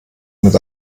mit